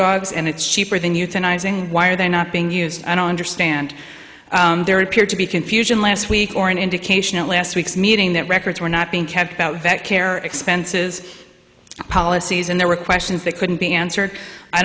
dogs and it's cheaper than euthanizing why are they not being used i don't understand there appeared to be confusion last week or an indication at last week's meeting that records were not being kept out of vet care expenses policies and there were questions that couldn't be answer